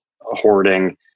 hoarding